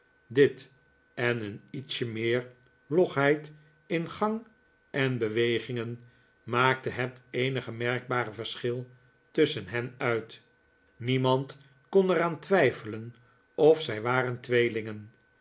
dit en een ietsje meer logheid in gang en bewegingen maakte het eenige merkbare verschil tusschen hen uit niemand kon er aan twijfelen of zij waren tweelingen